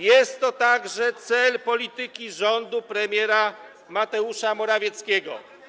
Jest to także cel polityki rządu premiera Mateusza Morawieckiego.